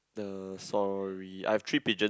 the sorry I have three pigeon